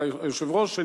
היושב-ראש,